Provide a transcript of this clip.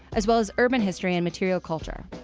as well as urban history and material culture.